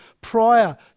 prior